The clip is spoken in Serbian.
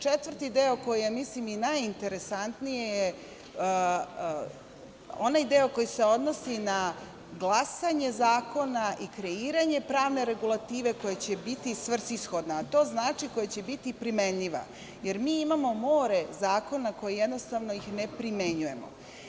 Četvrti deo, koji je, ja mislim, i najinteresantniji, je onaj deo koji se odnosi na glasanje zakona i kreiranje pravne regulative koja će biti svrsishodna, a to znači koja će biti primenljiva, jer mi imamo more zakona koje jednostavno ne primenjujemo.